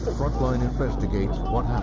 frontline investigates what